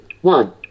one